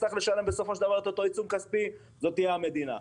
שיצטרך לשלם בסופו של דבר את אותו עיצום כספי זאת תהיה המדינה.